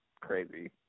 crazy